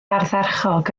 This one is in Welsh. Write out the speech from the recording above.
ardderchog